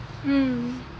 mm